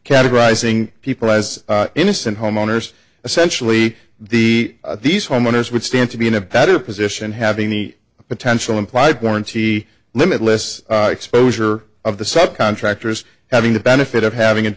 categorizing people as innocent homeowners a sensually the these homeowners would stand to be in a better position having the potential implied warranty limitless exposure of the subcontractors having the benefit of having a